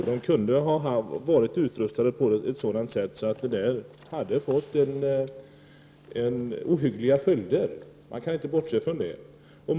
De hade kunnat vara utrustade på ett sådant sätt att händelsen hade kunnat få ohyggliga följder. Man kan inte bortse från det.